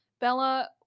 Bella